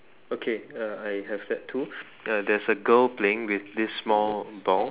okay uh I have that too uh there is a girl playing with this small ball